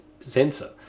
sensor